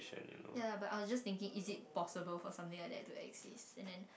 ya but I was just thinking is it possible for something like that to exist and then